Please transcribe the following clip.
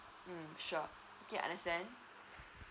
mm sure okay I understand